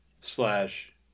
slash